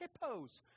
hippos